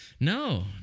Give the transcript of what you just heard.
No